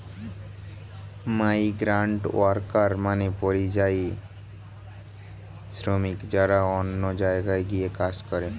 migrant worker মানে পরিযায়ী শ্রমিক যারা অন্য জায়গায় গিয়ে কাজ করে